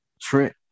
Trent